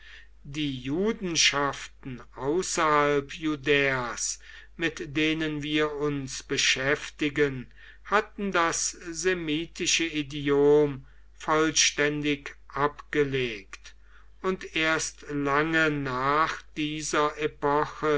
die judenschaften außerhalb judäas mit denen wir uns beschäftigen hatten das semitische idiom vollständig abgelegt und erst lange nach dieser epoche